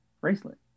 bracelet